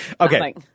Okay